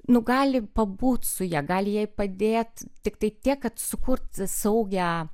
nu gali pabūt su ja gali jai padėt tiktai tiek kad sukurt saugią